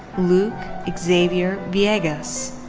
luke xavier viegas.